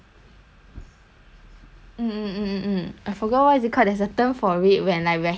mm mm mm mm I forgot what is it called as a term for it when like we're heading towards the direction shit